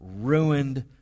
ruined